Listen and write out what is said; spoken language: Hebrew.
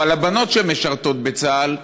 או על הבנות שמשרתות בצה"ל,